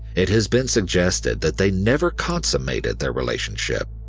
it has been suggested that they never consummated their relationship.